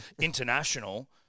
international